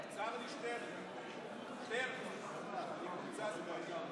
התשפ"ב 2002: 49 חברי כנסת בעד,